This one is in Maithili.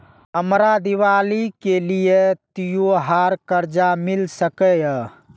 हमरा दिवाली के लिये त्योहार कर्जा मिल सकय?